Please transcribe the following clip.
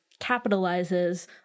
Capitalizes